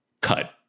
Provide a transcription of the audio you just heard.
Cut